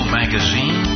magazine